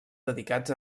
dedicats